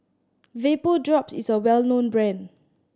Vapodrops is a well known brand